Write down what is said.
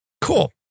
Cool